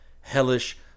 hellish